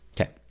Okay